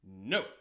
No